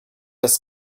das